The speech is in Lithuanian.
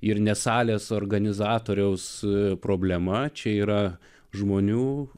ir ne salės organizatoriaus problema čia yra žmonių